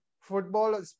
football